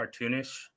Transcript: cartoonish